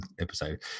episode